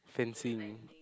fencing